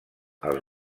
els